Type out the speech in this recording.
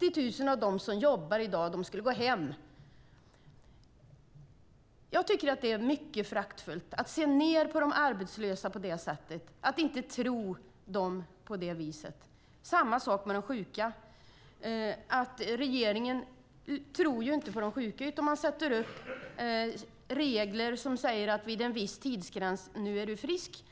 30 000 av dem som jobbar i dag gå hem. Jag tycker att det är mycket föraktfullt att se ned på de arbetslösa på det sättet, att inte tro dem på det viset. Det är samma sak med de sjuka. Regeringen tror inte på de sjuka utan sätter upp regler som vid en viss tidsgräns säger: Nu är du frisk.